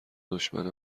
دشمن